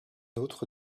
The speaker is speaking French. autre